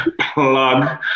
plug